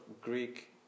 Greek